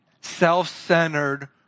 self-centered